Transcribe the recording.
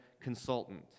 consultant